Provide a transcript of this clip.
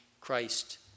Christ